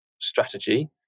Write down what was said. strategy